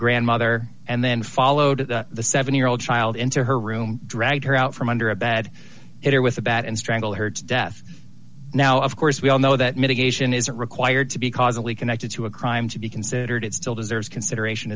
grandmother and then followed the seven year old child into her room dragged her out from under a bad it or with a bat and strangled her to death now of course we all know that mitigation isn't required to be causally connected to a crime to be considered still deserves consideration